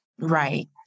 Right